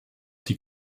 die